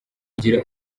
igira